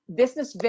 business